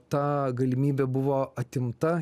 ta galimybė buvo atimta